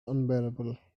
unbearable